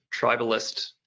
tribalist